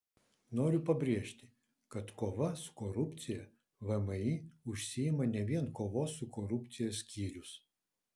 noriu pabrėžti kad kova su korupcija vmi užsiima ne vien kovos su korupcija skyrius